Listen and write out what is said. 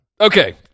Okay